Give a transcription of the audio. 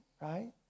right